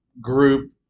group